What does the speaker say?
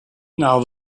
now